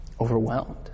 overwhelmed